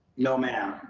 no, ma'am,